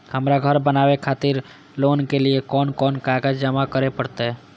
हमरा घर बनावे खातिर लोन के लिए कोन कौन कागज जमा करे परते?